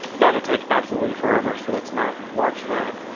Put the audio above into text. that'll take absolutely forever. so let's not watch that.